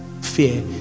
fear